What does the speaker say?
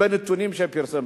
בנתונים שפרסם.